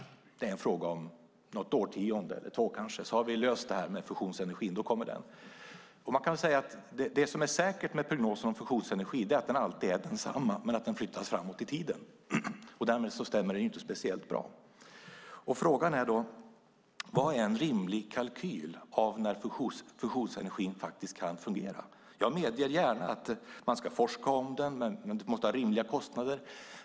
Det är en fråga om något årtionde eller två kanske så har vi löst frågan om fusionsenergin, och då kommer den. Man kan säga att det som är säkert med prognosen om fusionsenergi är att den alltid är densamma men att tidpunkten flyttas framåt i tiden, och därmed stämmer den inte speciellt bra. Frågan är då: Vad är en rimlig kalkyl i fråga om när fusionsenergin faktiskt kan fungera? Jag medger gärna att man ska forska om den. Men det måste vara rimliga kostnader.